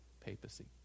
papacy